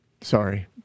sorry